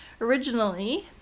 originally